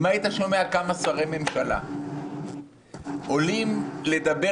אם היית שומע כמה שרי ממשלה עולים לדבר